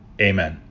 Amen